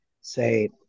say